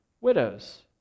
widows